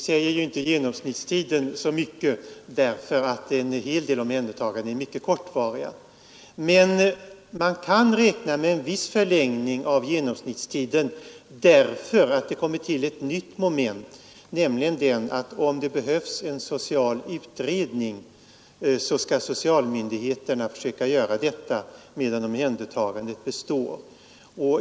Fru talman! Genomsnittstiden säger inte så mycket — en hel del omhändertaganden är mycket kortvariga. Men man kan räkna med en viss förlängning av genomsnittstiden därför att det kommer till ett nytt moment: om det behövs en social utredning skall socialmyndigheterna göra den medan omhändertagandet består.